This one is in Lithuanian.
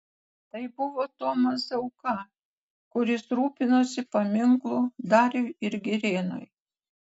tai buvo tomas zauka kuris rūpinosi paminklu dariui ir girėnui